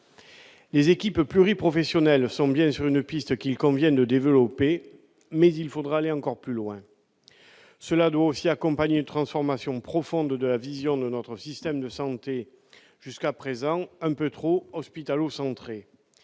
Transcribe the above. Les équipes pluriprofessionnelles constituent bien une piste qu'il convient de développer, mais il faudra aller encore plus loin. Cette orientation doit également accompagner une transformation profonde de la vision de notre système de santé, jusqu'à présent un peu trop hospitalo-centrée.